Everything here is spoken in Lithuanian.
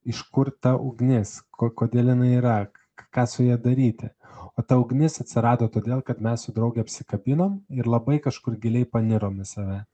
iš kur ta ugnis ko kodėl jinai yra ką su ja daryti o ta ugnis atsirado todėl kad mes su drauge apsikabinom ir labai kažkur giliai panirom į save